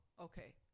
okay